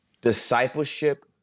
Discipleship